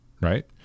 right